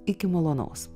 iki malonaus